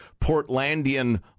Portlandian